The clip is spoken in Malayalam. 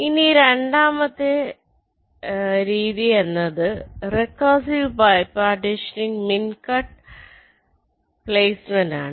ഇനി രണ്ടാമത്തെ രീതി എന്നത് വ recursive bipartitioning min cut placement ആണ്